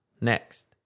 next